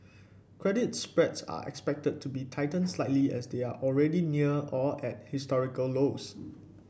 credit spreads are expected to be tightened slightly as they are already near or at historical lows